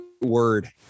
word